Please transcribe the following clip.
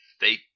They-